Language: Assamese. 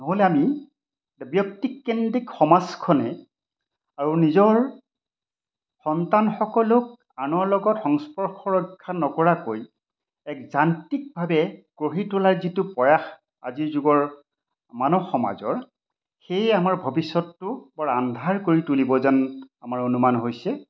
নহ'লে আমি ব্যক্তিককেন্দ্ৰিক সমাজখনে আৰু নিজৰ সন্তানসকলক আনৰ লগত সংস্পৰ্শ ৰক্ষা নকৰাকৈ এক যান্ত্ৰিকভাৱে গঢ়ি তোলাৰ যিটো প্ৰয়াস আজিৰ যুগৰ মানৱ সমাজৰ সেয়ে আমাৰ ভৱিষ্যতটো বৰ আন্ধাৰ কৰি তুলিব যেন আমাৰ অনুমান হৈছে